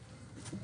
להצטרף.